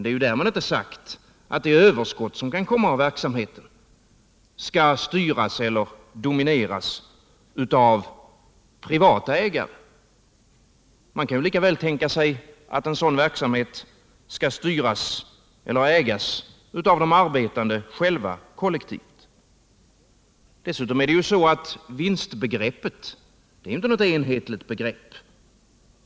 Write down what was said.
Men därmed är inte sagt att det överskott som kan komma av verksamheten skall styras eller domineras av privata ägare. Man kan lika väl tänka sig att verksamheten skall styras eller ägas kollektivt av de arbetande själva. Dessutom är ju vinstbegreppet inte något enhetligt begrepp.